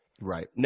Right